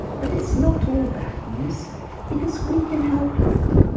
but it's not all bad news because we can help you.